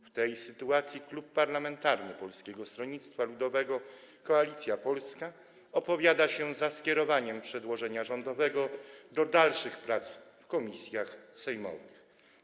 W tej sytuacji Klub Parlamentarny Polskie Stronnictwo Ludowe - Koalicja Polska opowiada się za skierowaniem przedłożenia rządowego do dalszych prac w komisjach sejmowych.